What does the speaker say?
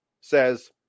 says